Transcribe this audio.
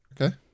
Okay